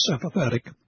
sympathetic